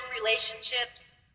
relationships